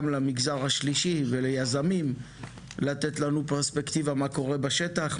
למגזר השלישי וליזמים לתת לנו פרספקטיבה מה קורה בשטח,